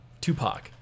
Tupac